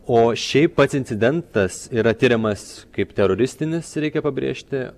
o šiaip pats incidentas yra tiriamas kaip teroristinis reikia pabrėžti